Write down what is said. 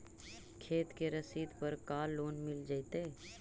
खेत के रसिद पर का लोन मिल जइतै?